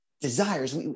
desires